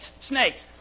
snakes